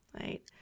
right